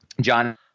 John